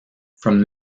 from